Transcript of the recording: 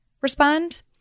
respond